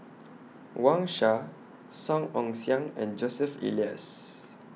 Wang Sha Song Ong Siang and Joseph Elias